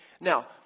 Now